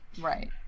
Right